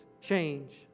change